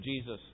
Jesus